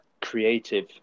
creative